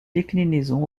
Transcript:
déclinaison